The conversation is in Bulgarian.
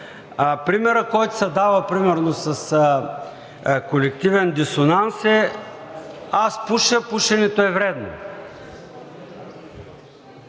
примерът, който се дава с колективен дисонанс, е: аз пуша – пушенето е вредно.